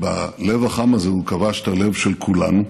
ובלב החם הזה הוא כבש את הלב של כולנו,